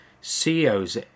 CEOs